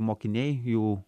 mokiniai jų